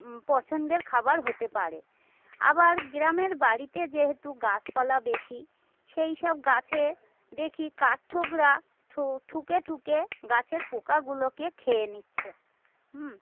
পছন্দের খাবার হতে পারে আবার গ্রামের বাড়িতে যেহেতু গাছপালা বেশি সেই সব গাছে দেখি কাঠ ঠোকরা ঠো ঠুকে ঠুকে গাছের পোকাগুলোকে খেয়ে নিচ্ছে হুম